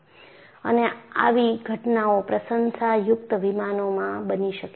અને આવી ઘટનાઓ પ્રશંષાયુક્ત વિમાનોમાં બની શકે છે